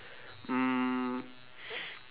mm